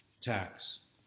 tax